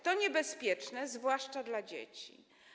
To niebezpieczne, zwłaszcza dla dzieci.